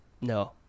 no